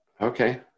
Okay